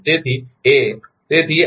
તેથી એ તેથી આ u11 u22